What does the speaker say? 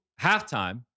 halftime